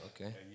Okay